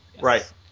Right